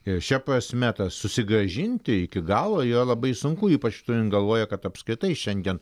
i šia prasme tas susigrąžinti iki galo yra labai sunku ypač turint galvoje kad apskritai šiandien